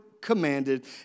commanded